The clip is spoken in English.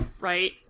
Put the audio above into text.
Right